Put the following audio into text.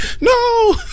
no